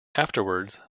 afterwards